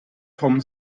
vom